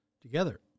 Together